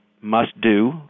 must-do